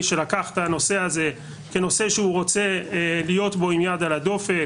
שלקח את הנושא הזה כנושא שהוא רוצה להיות בו עם יד על הדופק.